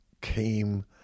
came